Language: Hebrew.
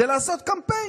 זה לעשות קמפיין.